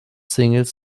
singles